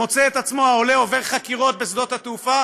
והעולה מוצא את עצמו עובר חקירות בשדות התעופה